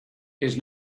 his